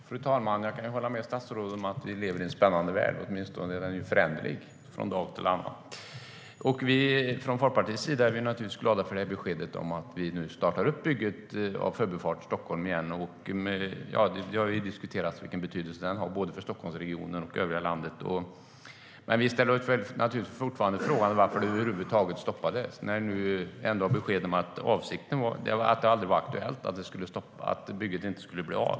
Fru talman! Jag kan hålla med statsrådet om att vi lever i en spännande värld. Den är åtminstone föränderlig från dag till annan. Från Folkpartiets sida är vi naturligtvis glada för beskedet om att bygget av Förbifart Stockholm ska startas igen. Det har diskuterats vilken betydelse den har både för Stockholmsregionen och för övriga landet. Men vi ställer naturligtvis fortfarande frågan varför bygget över huvud taget stoppades när det nu ändå kommer besked om att det aldrig var aktuellt att detta inte skulle bli av.